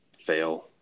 fail